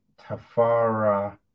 Tafara